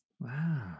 Wow